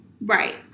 Right